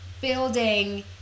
building